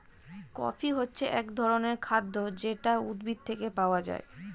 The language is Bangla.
কফি হচ্ছে এক রকমের খাদ্য যেটা উদ্ভিদ থেকে পাওয়া যায়